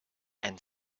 and